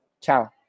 Ciao